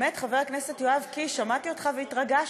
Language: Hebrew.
האמת, חבר הכנסת יואב קיש, שמעתי אותך והתרגשתי,